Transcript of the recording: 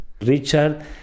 Richard